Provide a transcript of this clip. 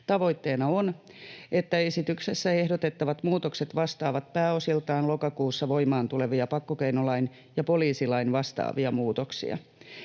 Tavoitteena on, että esityksessä ehdotettavat muutokset vastaavat pääosiltaan lokakuussa voimaan tulevia pakkokeinolain ja poliisilain vastaavia muutoksia.